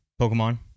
Pokemon